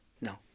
No